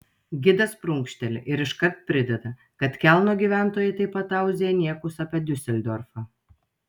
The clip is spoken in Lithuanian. gidas prunkšteli ir iškart prideda kad kelno gyventojai taip pat tauzija niekus apie diuseldorfą